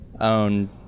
own